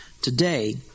Today